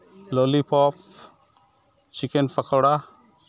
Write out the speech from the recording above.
lollipop chicken pakora